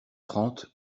trente